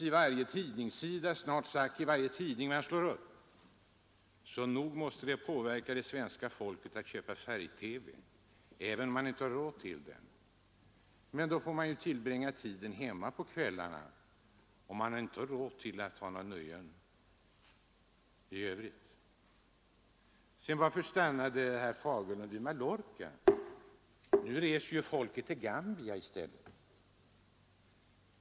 Den mördande reklam som finns i snart sagt varje tidning vi slår upp måste naturligtvis påverka det svenska folket att köpa färg-TV, även om man inte har råd till det. Men då får man tillbringa tiden hemma på kvällarna, och man har inte råd till några andra nöjen. Varför talade herr Fagerlund bara om Mallorca? Nu reser folk till Gambia i stället.